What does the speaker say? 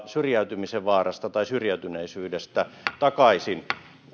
syrjäytymisen vaarasta tai syrjäytyneisyydestä takaisin